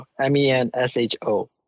M-E-N-S-H-O